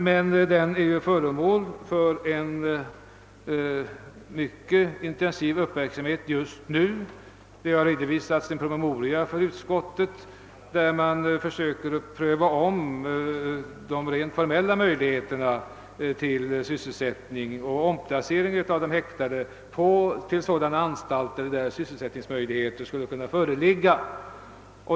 Men den är föremål för en mycket intensiv uppmärksamhet just nu. Det har redovisats en promemoria för utskottet, där man försöker att ompröva de rent formella möjligheterna till sysselsättning och omplacering av de häktade till sådana anstalter där sysselsättningsmöjligheter skulle kunna föreligga.